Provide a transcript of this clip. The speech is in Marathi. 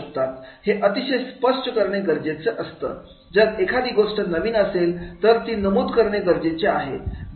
हे अतिशय स्पष्ट करणे गरजेचं असतं की जर एखादी गोष्ट नवीन असेल तर ती नमूद करणे गरजेचे आहे